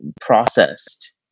processed